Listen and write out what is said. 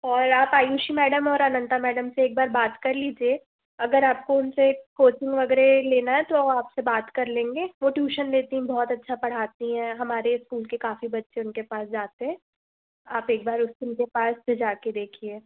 और आप आयुषी मैडम और अनंता मैडम से एक बार बात कर लीजिए अगर आपको उनसे कोचिंग वगैरह लेना है तो वो आपसे बात कर लेंगे वो ट्यूशन लेती हैं बहुत अच्छा पढ़ाती हैं हमारे स्कूल के काफ़ी बच्चे उनके पास जाते हैं आप एक बार उन उनके पास जाके देखिए